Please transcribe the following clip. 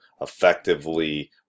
effectively